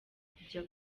kujya